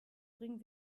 bring